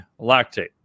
lactate